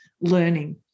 learning